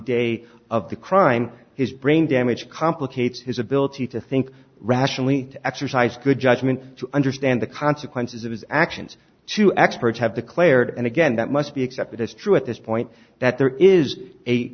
day of the crime his brain damage complicates his ability to think rationally to exercise good judgment to understand the consequences of his actions two experts have the clarity and again that must be accepted as true at this point that there is a